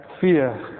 fear